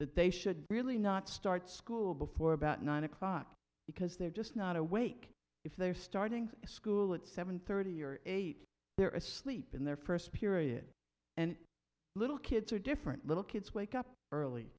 that they should really not start school before about nine o'clock because they're just not awake if they're starting school at seven thirty or eight they're asleep in their first period and little kids are different little kids wake up early